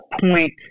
point